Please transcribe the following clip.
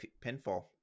pinfall